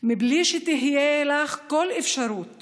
מבלי שתהיה לך כל אפשרות